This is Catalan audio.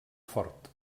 fort